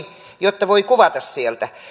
jotta voi kuvata sieltä